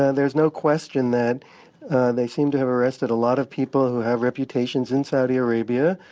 there's no question that they seem to have arrested a lot of people who have reputations in saudi arabia.